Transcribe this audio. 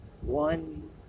one